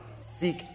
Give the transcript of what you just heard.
seek